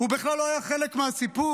הוא בכלל לא היה חלק מהסיפור.